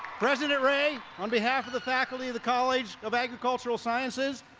president ray, on behalf of the faculty of the college of agricultural sciences,